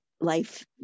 life